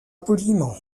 poliment